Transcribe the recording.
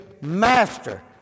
master